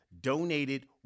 donated